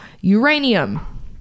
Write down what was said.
uranium